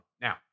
Now